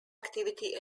activity